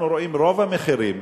אנחנו רואים שרוב המחירים,